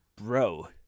bro